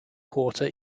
quarter